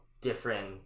different